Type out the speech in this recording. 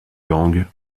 gangs